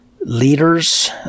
leaders